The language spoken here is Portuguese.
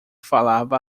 falava